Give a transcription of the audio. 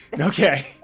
Okay